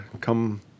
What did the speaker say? come